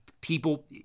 people